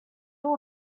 will